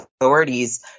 authorities